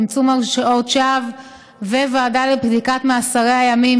צמצום הרשעות שווא וועדה לבדיקת מאסרי הימים,